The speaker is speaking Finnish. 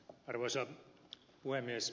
arvoisa puhemies